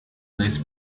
list